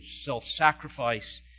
self-sacrifice